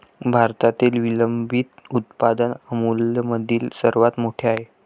भारतातील विलंबित उत्पादन अमूलमधील सर्वात मोठे आहे